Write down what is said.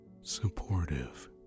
supportive